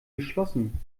geschlossen